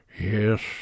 Yes